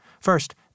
First